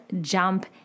jump